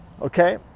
Okay